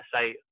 say